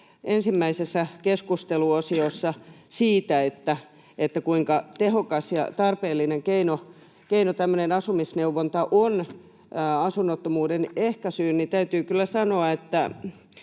ensimmäisessä keskusteluosiossa siitä, kuinka tehokas ja tarpeellinen keino tämmöinen asumisneuvonta on asunnottomuuden ehkäisyyn, niin täytyy kyllä sanoa, että